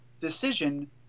decision